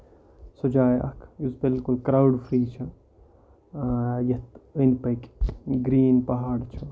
سۄ جاے اکھ یُس بِالکُل کراوُڈ فری چھےٚ یَتھ أندۍ پٔکۍ گریٖن پہٲڑ چھُ